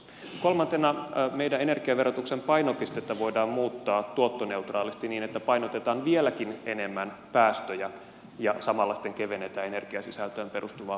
kolmantena meidän energiaverotuksen painopistettä voidaan muuttaa tuottoneutraalisti niin että painotetaan vieläkin enemmän päästöjä ja samalla sitten kevennetään energiasisältöön perustuvia veroja